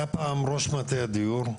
היה פעם ראש מטה הדיור,